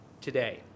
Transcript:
today